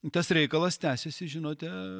tas reikalas tęsiasi žinote